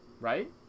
Right